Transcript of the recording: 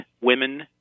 women